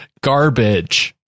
garbage